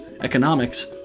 economics